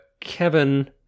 Kevin